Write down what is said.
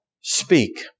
speak